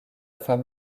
femme